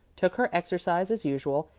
took her exercise as usual,